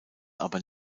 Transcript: aber